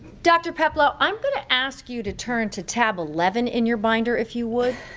dr. peplau, i'm going to ask you to turn to tab eleven in your binder, if you would.